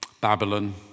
Babylon